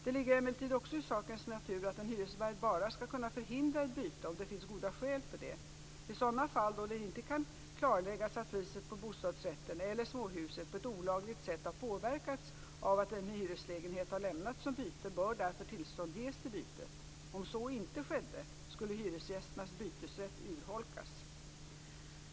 Det ligger emellertid också i sakens natur att en hyresvärd bara skall kunna förhindra ett byte om det finns goda skäl för det. I sådana fall då det inte kan klarläggas att priset på bostadsrätten eller småhuset på ett olagligt sätt har påverkats av att en hyreslägenhet har lämnats som byte bör därför tillstånd ges till bytet. Om så inte skedde, skulle hyresgästernas bytesrätt urholkas.